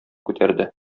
күтәрде